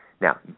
Now